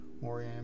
more